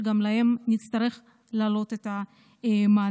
שגם להם נצטרך להעלות את המענק.